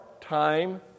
time